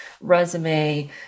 resume